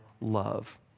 love